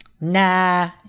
Nah